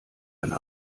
eine